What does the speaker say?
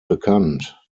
bekannt